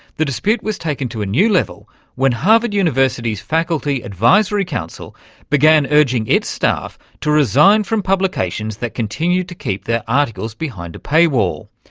the dispute was taken to a new level when harvard university's faculty advisory council began urging its staff to resign from publications that continue to keep their articles behind a paywall,